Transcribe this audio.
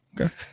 Okay